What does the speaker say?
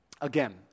Again